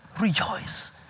Rejoice